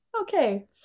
okay